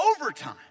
overtime